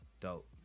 dope